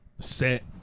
set